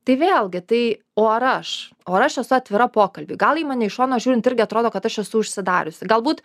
tai vėlgi tai o ar aš o aš esu atvira pokalbiui gal į mane iš šono žiūrint irgi atrodo kad aš esu užsidariusi galbūt